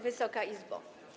Wysoka Izbo!